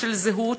של זהות,